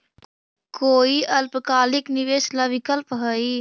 कोई अल्पकालिक निवेश ला विकल्प हई?